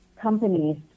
companies